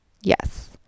yes